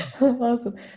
Awesome